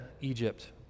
Egypt